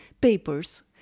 papers